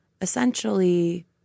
essentially